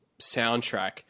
soundtrack